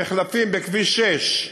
המחלפים בכביש 6,